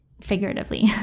figuratively